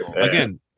Again